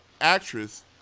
actress